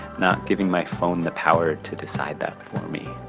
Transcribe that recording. not giving my phone the power to decide that for me.